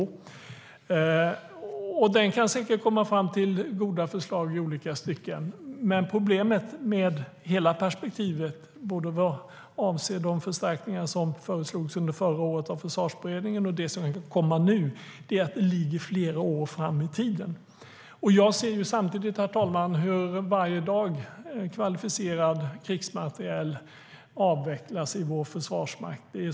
Den kan säkert komma fram till goda förslag i olika stycken, men problemet med hela perspektivet, vad avser både de förstärkningar som föreslogs under förra året av Försvarsberedningen och de som kan komma nu, är att det ligger flera år fram i tiden. Jag ser samtidigt, herr talman, hur kvalificerad krigsmateriel varje dag avvecklas i vår försvarsmakt.